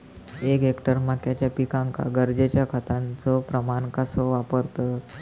एक हेक्टर मक्याच्या पिकांका गरजेच्या खतांचो प्रमाण कसो वापरतत?